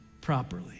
properly